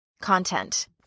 content